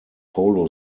polo